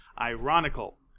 Ironical